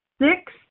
six